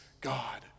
God